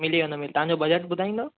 मिली वेंदो तव्हां जो बजट ॿुधाईंदव